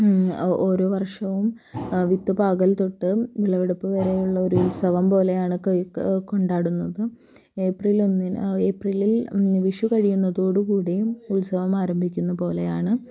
ഓരോ വർഷവും വിത്ത് പാകൽ തൊട്ട് വിളവെടുപ്പ് വരെ ഉള്ള ഒരു ഉത്സവം പോലെയാണ് കൊയ്ത്ത് കൊണ്ടാടുന്നത് ഏപ്രിൽ ഒന്നിന് ഏപ്രിലിൽ വിഷു കഴിയുന്നതോടുകൂടി ഉത്സവം ആരംഭിക്കുന്ന പോലെയാണ്